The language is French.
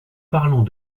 parlons